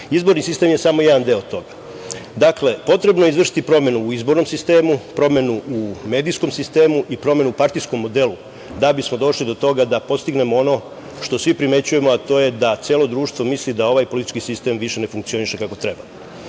Izborni sistem je samo jedan deo toga. Dakle, potrebno je izvršiti promene u izbornom sistemu, promenu u medijskom sistemu i promenu u partijskom modelu da bismo došli do toga da postignemo ono što svi primećujemo, a to je da celo društvo misli da ovaj politički sistem više ne funkcioniše kako treba.U